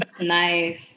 Nice